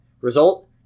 Result